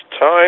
time